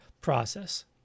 process